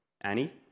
Annie